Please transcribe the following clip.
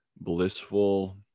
blissful